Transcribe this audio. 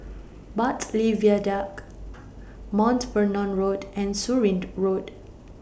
Bartley Viaduct Mount Vernon Road and Surin Road